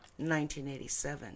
1987